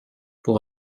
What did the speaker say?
pour